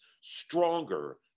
Stronger